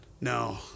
No